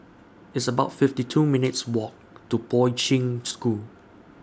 It's about fifty two minutes' Walk to Poi Ching School